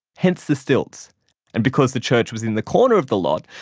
hence the stilts and because the church was in the corner of the lot,